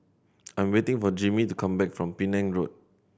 I'm waiting for Jimmie to come back from Penang Road